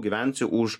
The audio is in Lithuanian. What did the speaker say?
gyvensi už